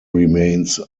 remains